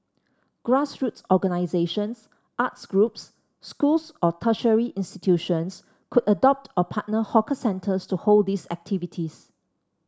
grassroots organisations arts groups schools or tertiary institutions could adopt or partner hawker centres to hold these activities